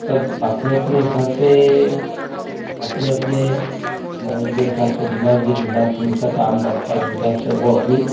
सब अपने अपने हिसाब से अपने अपने माइन्ड के हिसाब से दिमाग जिस हिसाब से उनका काम करता है उस हिसाब से वो अपनी